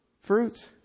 fruits